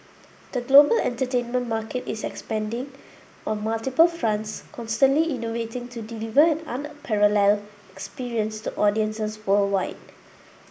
the global entertainment market is expanding on multiple fronts constantly innovating to deliver an unparalleled experience to audiences worldwide